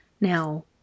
Now